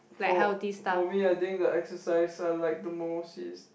for for me I think the exercise are like the most is